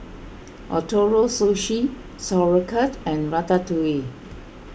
Ootoro Sushi Sauerkraut and Ratatouille